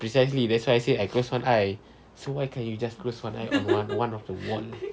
precisely that's why I said I close one eye so why can't you just close one eye on one one of the wall